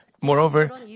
Moreover